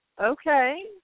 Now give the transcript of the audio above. okay